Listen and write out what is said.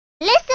listen